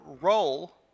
role